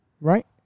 right